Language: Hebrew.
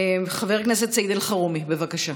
חבר הכנסת סעיד אלחרומי, בבקשה.